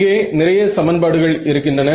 இங்கே நிறைய சமன்பாடுகள் இருக்கின்றன